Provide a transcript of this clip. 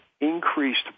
increased